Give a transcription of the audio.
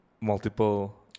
multiple